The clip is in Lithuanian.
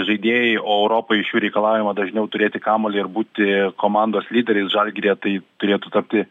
žaidėjai o europoj iš jų reikalaujama dažniau turėti kamuolį ir būti komandos lyderiais žalgiryje tai turėtų tapti